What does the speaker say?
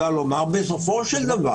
בסופו של דבר,